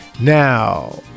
Now